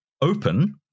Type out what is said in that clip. open